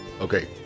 okay